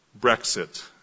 Brexit